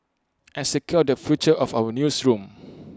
and secure the future of our newsroom